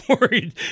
worried